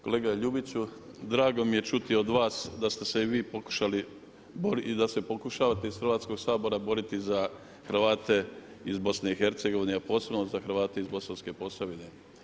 Kolega Ljubiću drago mi je čuti od vas da ste se i vi pokušali i da se pokušavate iz Hrvatskog sabora boriti za Hrvate iz BiH, a posebno za Hrvate iz Bosanske Posavine.